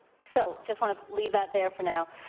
so just want to leave that there for now.